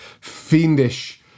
fiendish